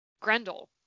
Grendel